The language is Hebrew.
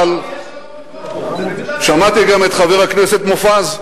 אבל שמעתי גם את חבר הכנסת מופז.